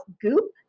Goop